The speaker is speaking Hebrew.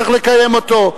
צריך לקיים אותו,